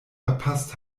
verpasst